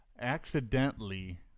Accidentally